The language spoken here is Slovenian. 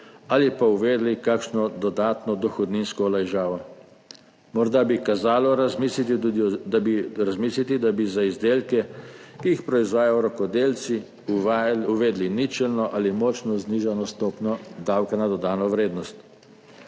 ali pa uvedli kakšno dodatno dohodninsko olajšavo. Morda bi veljalo tudi razmisliti, da bi za izdelke, ki jih proizvajajo rokodelci, uvedli ničelno ali močno znižano stopnjo davka na dodano vrednost.